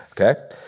Okay